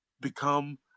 become